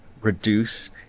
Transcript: reduce